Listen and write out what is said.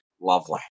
Lovely